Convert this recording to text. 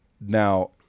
now